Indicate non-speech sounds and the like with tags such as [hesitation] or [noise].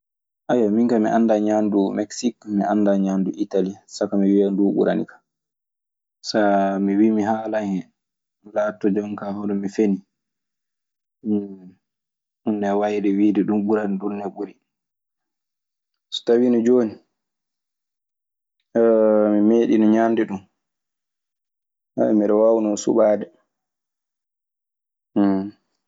Haya, min kaa mi anndaa ñaandu Meksik, mi anndaa ñaandu Italii saka mi wiya nduu ɓuranikan. So mi wii mi haalan hen, ɗun laatoto jooni kaa hono mi fenii, uhum. Ɗun nee waayde wiide ɗun ɓurata. Ɗun nii ɓuri. So tawiino jooni [hesitation] mi meeɗiino ñaande ɗun, [hesitation] miɗe waawnoo suɓaade. [noise]